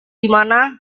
dimana